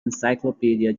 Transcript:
encyclopedia